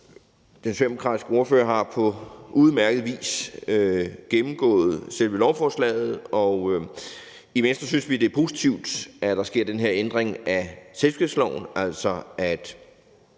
Den socialdemokratiske ordfører har på udmærket vis gennemgået selve lovforslaget. I Venstre synes vi, det er positivt, at der sker den her ændring af selskabsloven, altså at